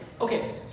Okay